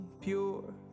pure